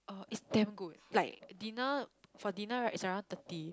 orh it's damn good like dinner for dinner right is around thirty